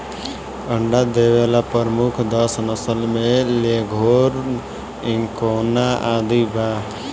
अंडा देवे वाला प्रमुख दस नस्ल में लेघोर्न, एंकोना आदि बा